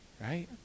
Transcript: Right